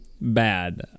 bad